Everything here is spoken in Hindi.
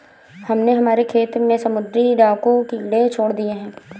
हमने हमारे खेत में समुद्री डाकू कीड़े छोड़ दिए हैं